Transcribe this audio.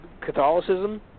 Catholicism